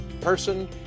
person